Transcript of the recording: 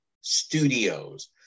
Studios